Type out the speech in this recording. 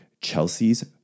Chelsea's